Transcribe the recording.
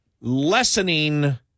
lessening